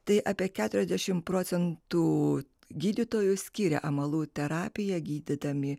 tai apie keturiasdešimt procentų gydytojų skiria amalų terapiją gydydami